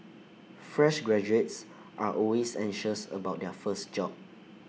fresh graduates are always anxious about their first job